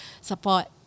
support